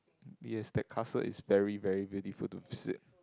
yes that castle is very very beautiful to visit